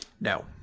No